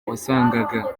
wasangaga